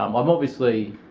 um i'm obviously